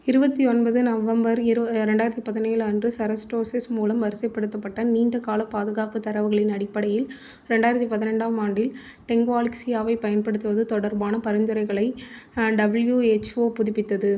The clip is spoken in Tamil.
இருபத்தி ஒன்பது நவம்பர் ரெண்டாயிரத்து பதினேழு அன்று செரஸ்டோஸிஸ் மூலம் வரிசைப்படுத்தப்பட்ட நீண்ட கால பாதுகாப்பு தரவுகளின் அடிப்படையில் ரெண்டாயிரத்து பதினெட்டாம் ஆண்டில் டெங்வாலிக்ஸியாவைப் பயன்படுத்துவது தொடர்பான பரிந்துரைகளை டபிள்யூஎச்ஓ புதுப்பித்தது